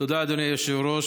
תודה, אדוני היושב-ראש.